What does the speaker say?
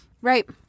Right